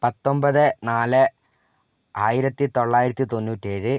പത്തൊമ്പത് നാല് ആയിരത്തിത്തൊള്ളായിരത്തി തൊണ്ണൂറ്റേഴ്